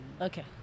okay